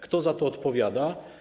Kto za to odpowiada?